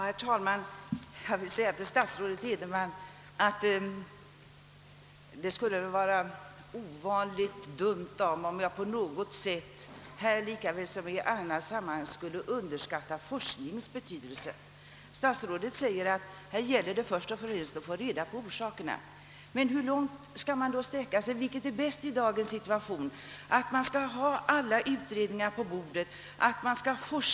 Herr talman! Jag vill säga till statsrådet Edenman att jag givetvis inte i detta liksom inte heller i andra sammanhang underskattar forskningens betydelse. Statsrådet säger att det här först och främst gäller att utreda orsakerna till missbruket, men hur långt skall man i det fallet sträcka sig? är det verkligen i dagens situation det mest angelägna att ha alla utredningar på bordet innan åtgärder vidtas?